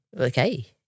Okay